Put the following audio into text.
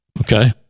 Okay